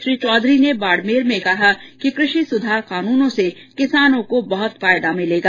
श्री चौधरी ने बाड़मेर में कहा कि कृषि सुधार कानूनो से किसानों को बहुत फायदा मिलेगा